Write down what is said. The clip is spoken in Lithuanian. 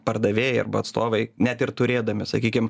pardavėjai arba atstovai net ir turėdami sakykim